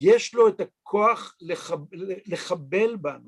יש לו את הכוח לחבל בנו.